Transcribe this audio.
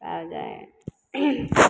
आगे